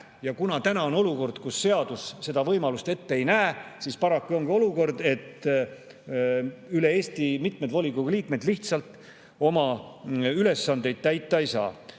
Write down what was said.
Ja kuna täna on olukord, kus seadus seda võimalust ette ei näe, siis paraku ongi nii, et üle Eesti mitmed volikogu liikmed lihtsalt oma ülesandeid täita ei saa.